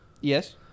Yes